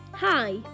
hi